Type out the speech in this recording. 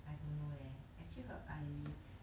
I don't know leh actually her I